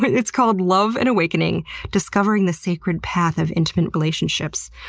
it's called love and awakening discovering the sacred path of intimate relationships.